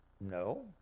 No